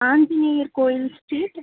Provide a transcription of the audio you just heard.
Anjaneyar Koil street